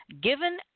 Given